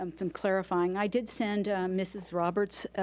um some clarifying. i did send mrs. roberts,